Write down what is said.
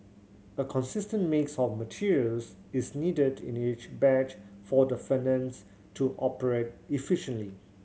a consistent mix of materials is needed in each batch for the furnace to operate efficiently